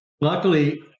luckily